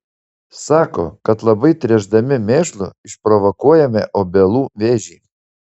sako kad labai tręšdami mėšlu išprovokuojame obelų vėžį